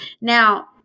Now